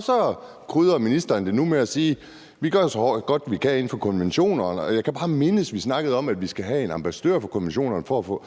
Så krydrer ministeren det nu med at sige, at man gør det så godt, man kan, inden for konventionerne, og jeg kan bare mindes, at vi snakkede om, at vi skal have en ambassadør for konventionerne. Så